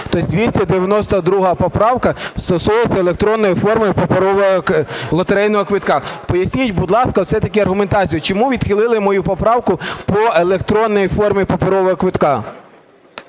Тобто 292 поправка стосується електронної форми лотерейного квитка. Поясніть, будь ласка, все-таки аргументацію, чому відхилили мою поправку по електронній формі паперового квитка?